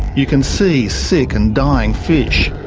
you can see sick and dying fish,